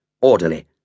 orderly